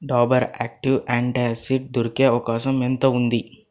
Dabur active antacid దొరికే అవకాశం ఎంత ఉంది